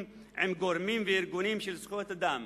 עם גורמים וארגונים של זכויות אדם,